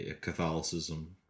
Catholicism